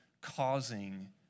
causing